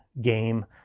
game